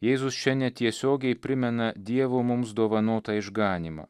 jėzus čia netiesiogiai primena dievo mums dovanotą išganymą